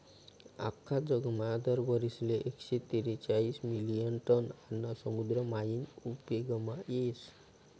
आख्खा जगमा दर वरीसले एकशे तेरेचायीस मिलियन टन आन्न समुद्र मायीन उपेगमा येस